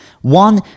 One